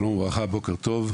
שלום וברכה, בוקר טוב.